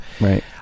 Right